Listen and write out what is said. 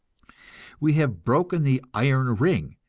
we have broken the iron ring,